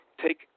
take